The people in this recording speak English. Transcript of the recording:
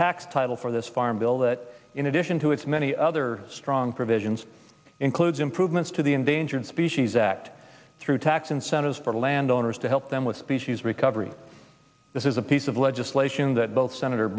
tax title for this farm bill that in addition to its many other strong provisions includes improvements to the endangered species act through tax incentives for land owners to help them with species recovery this is a piece of legislation that both senator